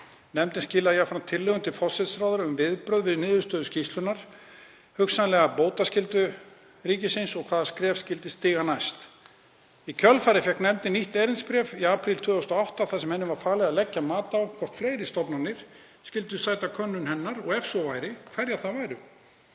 Nefndin skilaði jafnframt tillögum til forsætisráðherra um viðbrögð við niðurstöðu skýrslunnar, hugsanlega bótaskyldu ríkisins og hvaða skref skyldi stíga næst. Í kjölfarið fékk nefndin nýtt erindisbréf í apríl 2008 þar sem henni var falið að leggja mat á hvort fleiri stofnanir skyldu sæta könnun hennar og ef svo væri, hverjar það væru.